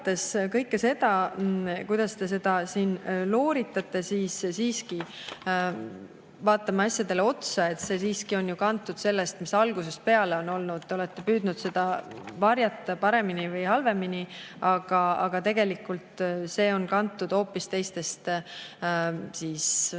kõike seda, kuidas te seda siin looritate, aga vaatame siiski asjadele otsa: see on ju kantud sellest, mis algusest peale on olnud. Te olete püüdnud seda varjata paremini või halvemini, aga tegelikult see on kantud hoopis teistest väärtustest,